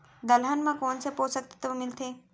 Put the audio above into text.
दलहन म कोन से पोसक तत्व मिलथे?